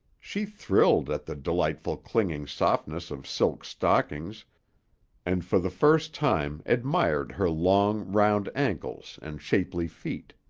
she thrilled at the delightful clinging softness of silk stockings and for the first time admired her long, round ankles and shapely feet.